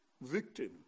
victim